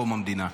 מקום המדינה.